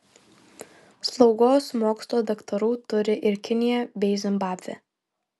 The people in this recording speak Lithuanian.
slaugos mokslo daktarų turi ir kinija bei zimbabvė